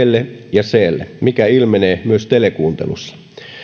ja clle mikä ilmenee myös telekuuntelussa